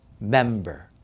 member